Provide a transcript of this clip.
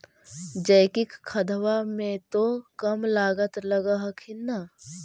जैकिक खदबा मे तो कम लागत लग हखिन न?